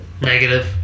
Negative